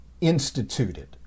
instituted